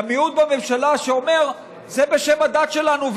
למיעוט בממשלה שאומר: זה בשם הדת שלנו.